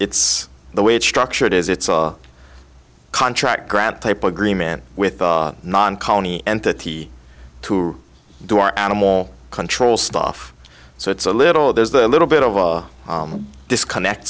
it's the way it's structured is it's our contract grad type agreement with non colony entity to do our animal control stuff so it's a little there's a little bit of a disconnect